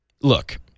look